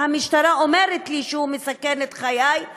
והמשטרה אומרת לי שהוא מסכן את חיי,